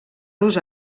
los